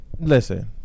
Listen